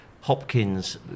Hopkins